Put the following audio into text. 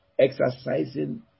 exercising